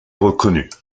reconnus